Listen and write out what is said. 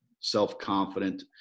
self-confident